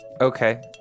Okay